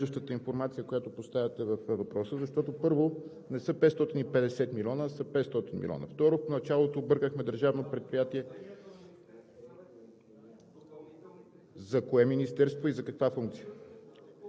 за втори път се налага да опонирам на подвеждащата информация, която поставяте във въпроса, защото, първо, не са 550 милиона, а са 500 милиона. Второ, в началото объркахме Държавно предприятие…